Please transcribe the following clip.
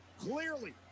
clearly